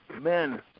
men